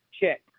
check